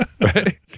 right